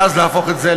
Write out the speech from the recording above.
ואז להפוך את זה,